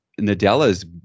Nadella's